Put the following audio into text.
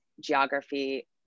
geography